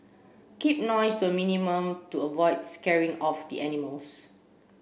keep noise to a minimum to avoid scaring off the animals